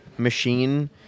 machine